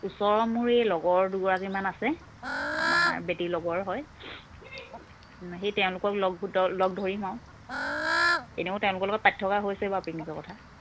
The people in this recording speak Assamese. ওচৰৰ মোৰ এই লগৰ দুগৰাৰাকীমান আছে আমাৰ বেটীৰ লগৰ হয় সেই তেওঁলোকক লগ লগ ধৰিম আৰু এনেও তেওঁলোকৰ লগত পাতি থকা হৈছে বাৰু পিকনিকৰ কথা